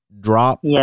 drop